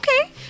Okay